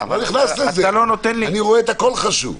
אני רואה הכול חשוב.